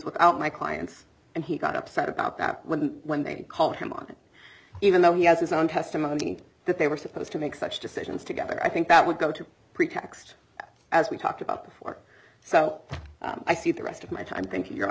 without my clients and he got upset about that when they called him on it even though he has his own testimony that they were supposed to make such decisions together i think that would go to pretext as we've talked about before so i see the rest of my time thinking